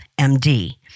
MD